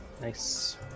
Nice